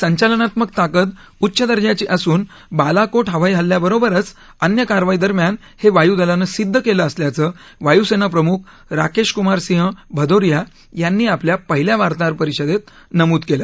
वायुसेनेची संचालनात्मक ताकद उच्च दर्जाची असून बालाकोट हवाई हल्ल्या बरोबरच अन्य कारवाई दरम्यान हे वायुदलानं सिद्ध केलं असल्याचं वायुसेना प्रमुख राकेश कुमार सिंह भदौरिया यांनी आपल्या पहिल्या वार्ताहर परिषदेत नमूद केलं